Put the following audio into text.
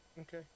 Okay